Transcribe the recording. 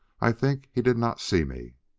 i think he did not see me.